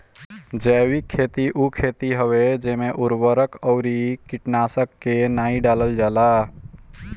जैविक खेती उ खेती हवे जेमे उर्वरक अउरी कीटनाशक के नाइ डालल जाला